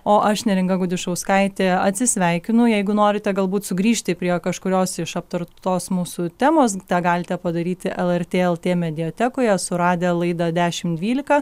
o aš neringa gudišauskaitė atsisveikinau jeigu norite galbūt sugrįžti prie kažkurios iš aptartos mūsų temos tą galite padaryti lrt lt mediatekoje suradę laidą dešimt dvylika